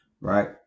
Right